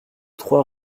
trois